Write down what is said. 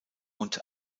und